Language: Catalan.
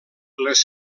les